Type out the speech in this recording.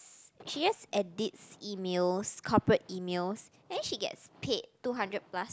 she just edits emails corporate emails and then she gets paid two hundred plus